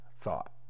Thought